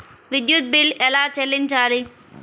విద్యుత్ బిల్ ఎలా చెల్లించాలి?